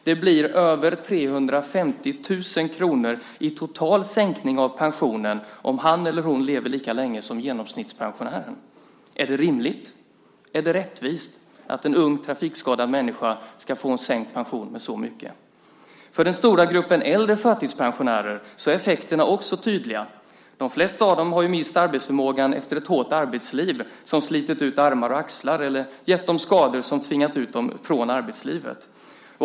Det blir över 350 000 kr i total sänkning av pensionen om han eller hon lever lika länge som genomsnittspensionären. Är det rimligt och är det rättvist att pensionen för en ung trafikskadad människa ska sänkas så mycket? För den stora gruppen äldre förtidspensionärer är effekterna också tydliga. De flesta av dem har mist arbetsförmågan efter ett hårt arbetsliv som slitit ut armar och axlar eller gett dem skador som tvingat ut dem från arbetslivet.